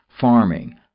farming